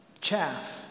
Chaff